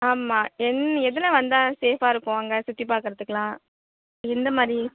ஆமாம் எந் எதில் வந்தால் சேஃபாக இருக்கும் அங்கே சுற்றி பார்க்கறத்துக்குலாம் எந்த மாரி